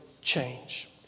change